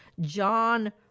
John